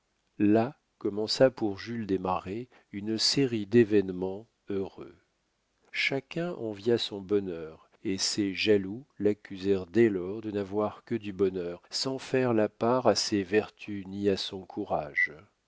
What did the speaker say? là commença pour jules desmarets une série d'événements heureux chacun envia son bonheur et ses jaloux l'accusèrent dès lors de n'avoir que du bonheur sans faire la part à ses vertus ni à son courage